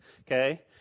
okay